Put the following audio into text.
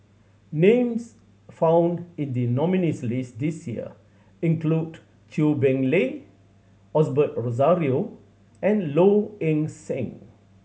names found in the nominees' list this year include Chew Boon Lay Osbert Rozario and Low Ing Sing